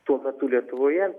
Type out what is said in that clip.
tuo metu lietuvoje